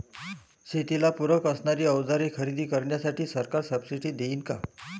शेतीला पूरक असणारी अवजारे खरेदी करण्यासाठी सरकार सब्सिडी देईन का?